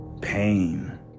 Pain